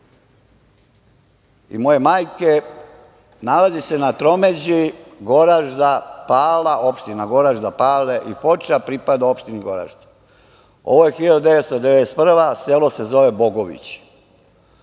i moje majke, nalazi se na tromeđi Goražda, Pala, opština Goražde, Pale i Foča, pripada opštini Goražde. Ovo je 1991. godina, selo se zove Bogovići,